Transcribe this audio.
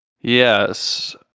Yes